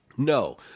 No